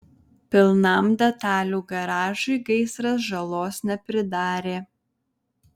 pilnam detalių garažui gaisras žalos nepridarė